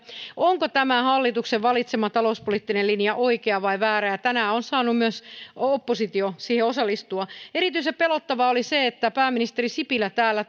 onko tämä hallituksen valitsema talouspoliittinen linja oikea vai väärä ja tänään on saanut myös oppositio siihen osallistua erityisen pelottavaa oli se että pääministeri sipilä tänään täällä